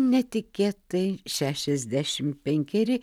netikėtai šešiasdešim penkeri